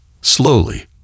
Slowly